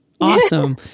Awesome